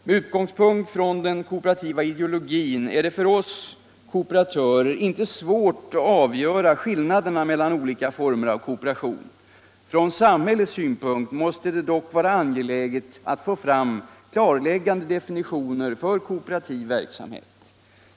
Med utgångspunkt i den kooperativa ideologin är det för oss kooperatörer inte svårt att avgöra skillnaderna mellan olika former av kooperation. Från samhällets synpunkt måste det dock vara angeläget att få fram klarläggande definitioner för kooperativ verksamhet.